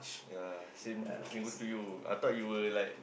yea same same goes to you I thought you were like